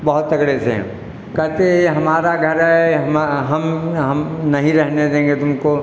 बहुत तगड़े से कहते ये हमारा घर हैं हम हम नहीं रहने देंगे तुमको